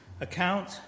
account